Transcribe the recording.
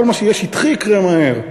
כל מה שיהיה שטחי יקרה מהר.